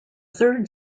third